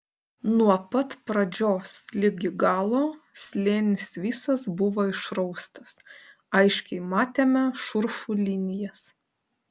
nuo pat pradžios ligi galo slėnis visas buvo išraustas aiškiai matėme šurfų linijas